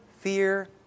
fear